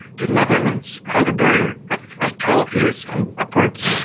the netherlands have a barrier of ah twelve years and upwards,